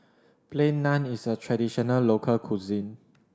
Plain Naan is a traditional local cuisine